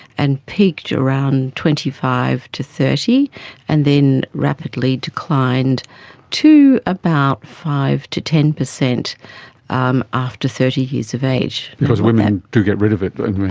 and peaked around twenty five to thirty, and then rapidly declined to about five percent to ten percent um after thirty years of age. because women do get rid of it